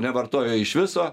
nevartoja iš viso